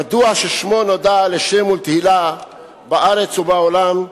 ידוע ששמו נודע לשם ולתהילה בארץ ובעולם,